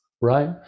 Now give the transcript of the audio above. right